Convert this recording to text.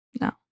No